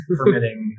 permitting